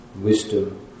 wisdom